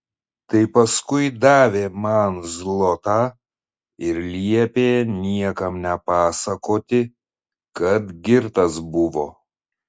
tai paskui davė man zlotą ir liepė niekam nepasakoti kad girtas buvo